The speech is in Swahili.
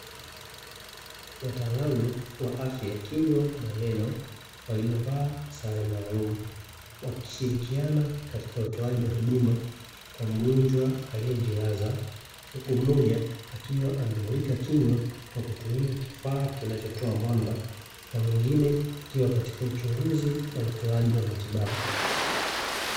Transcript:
Wataalamu wa afya ya kinywa na meno waliovaa sare maalum wakishirikiana katika utoaji wa huduma kwa mgonjwa aliyejilaza huku mmoja akiwa anamulika kinywa kwa kutumia kifaa kinachotoa mwanga na mwingine akiwa katika uchunguzi na utoaji wa matibabu.